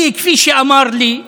כי כפי שהוא אמר לי,